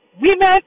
Women